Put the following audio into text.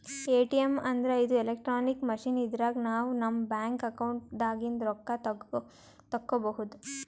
ATM ಅಂದ್ರ ಇದು electronic machine ಇದ್ರಾಗ್ ನಾವ್ ನಮ್ ಬ್ಯಾಂಕ್ ಅಕೌಂಟ್ ದಾಗಿಂದ್ ರೊಕ್ಕ ತಕ್ಕೋಬಹುದ್